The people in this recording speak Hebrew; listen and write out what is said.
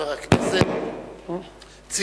חבר הכנסת נפאע,